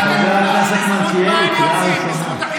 חבר הכנסת מלכיאלי, קריאה ראשונה.